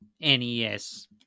NES